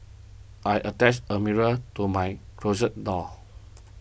I attached a mirror to my closet door